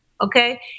okay